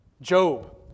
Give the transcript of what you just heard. Job